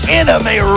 enemy